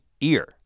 ear